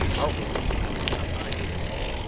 outwardly he was in a high good humor.